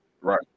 right